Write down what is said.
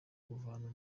kuvana